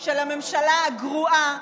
של הממשלה הגרועה,